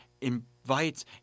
invites